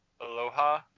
Aloha